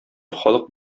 халык